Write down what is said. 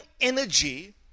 energy